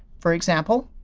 for example,